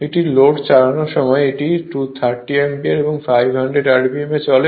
একটি লোড চালানোর সময় এটি 30 অ্যাম্পিয়ার এবং 500 rpm এ চলে